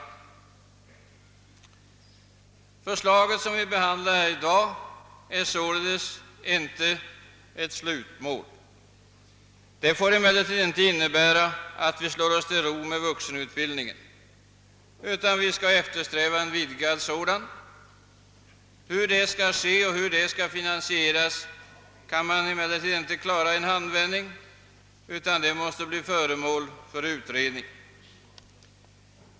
Det förslag som vi behandlar här i dag är således inte ett slutmål. Vi får inte slå oss till ro, utan vi skall givetvis eftersträva en vidgad vuxenutbildning. Frågan om hur detta skall ske och hur denna utbildning skall finansieras kan man emellertid inte klara i en handvändning, utan den måste bli föremål för utredning.